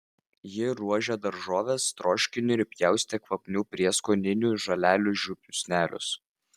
ji ruošė daržoves troškiniui ir pjaustė kvapnių prieskoninių žolelių žiupsnelius